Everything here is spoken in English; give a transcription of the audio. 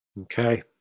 Okay